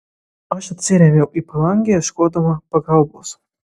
aš atsirėmiau į palangę ieškodama pagalbos